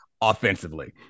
offensively